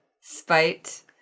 Spite